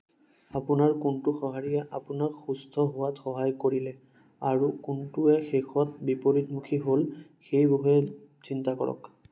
আপোনাৰ কোনটো সঁহাৰিয়ে আপোনাক সুস্থ হোৱাত সহায় কৰিলে আৰু কোনটোৱে শেষত বিপৰীতমুখী হ'ল সেই বিষয়ে চিন্তা কৰক